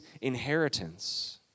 inheritance